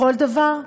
בכל דבר,